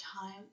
time